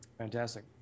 Fantastic